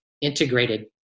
integrated